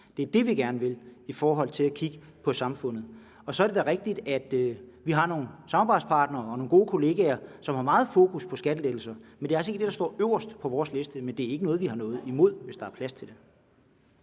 Det er det, vi gerne vil i forhold til at kigge på samfundet. Så er det da rigtigt, at vi har nogle samarbejdspartnere og nogle gode kollegaer, som har meget fokus på skattelettelser. Det er altså ikke det, der står øverst på vores liste, men det er ikke noget, vi har noget imod, hvis der er plads til det.